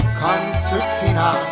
concertina